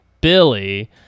billy